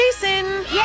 Jason